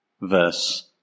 Verse